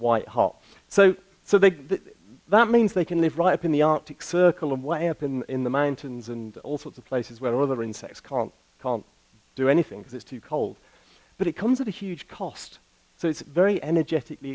hot so so they that means they can live right in the arctic circle and what happened in the mountains and all sorts of places where other insects can't can't do anything because it's too cold but it comes with a huge cost so it's very energetically